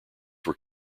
were